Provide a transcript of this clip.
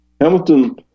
Hamilton